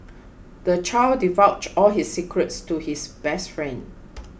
the child divulged all his secrets to his best friend